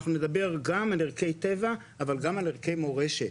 אנחנו נדבר גם על ערכי טבע אבל גם על ערכי מורשת.